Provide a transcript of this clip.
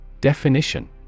Definition